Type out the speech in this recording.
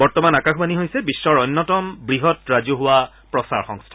বৰ্তমান আকাশবাণী হৈছে বিশ্বৰ অন্যতম বৃহৎ ৰাজহুৱা প্ৰচাৰ সংস্থা